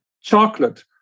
chocolate